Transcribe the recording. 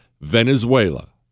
Venezuela